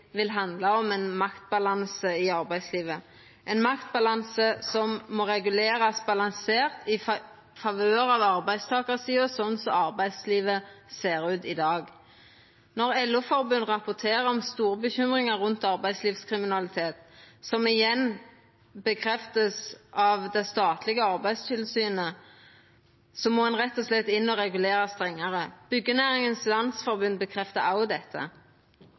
vil handla om ein maktbalanse i arbeidslivet, ein maktbalanse som må regulerast balansert i favør av arbeidstakarsida, sånn som arbeidslivet ser ut i dag. Når LO-forbund rapporterer om store bekymringar rundt arbeidslivskriminalitet, som igjen vert bekrefta av det statlege Arbeidstilsynet, må ein rett og slett inn og regulera strengare. Byggenæringens Landsforening bekreftar òg dette.